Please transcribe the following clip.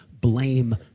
blame